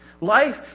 Life